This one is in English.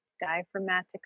diaphragmatic